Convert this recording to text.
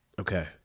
Okay